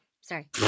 sorry